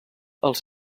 els